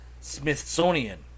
Smithsonian